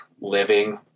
living